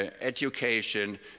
education